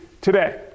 today